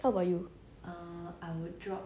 how about you